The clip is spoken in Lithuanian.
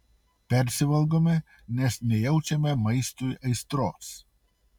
persivalgome nes nejaučiame maistui aistros